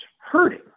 hurting